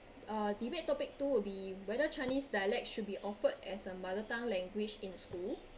uh debate topic two will be whether chinese dialect should be offered as a mother tongue language in school